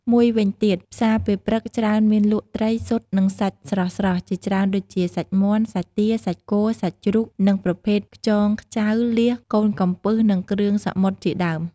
ម្យ៉ាងវិញទៀតផ្សារពេលព្រឹកច្រើនមានលក់ ត្រី ស៊ុត និងសាច់ស្រស់ៗជាច្រើនដូចជា សាច់មាន់ សាច់ទា សាច់គោ សាច់ជ្រូក និងប្រភេទ ខ្យងខ្ចៅ លៀស កូនកំពឹសនិងគ្រឿងសមុទ្រជាដើម។